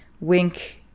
Wink